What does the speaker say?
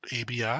ABI